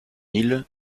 île